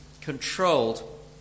controlled